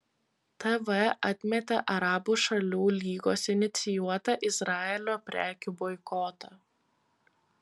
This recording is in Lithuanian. tv atmetė arabų šalių lygos inicijuotą izraelio prekių boikotą